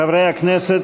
חברי הכנסת,